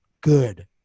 good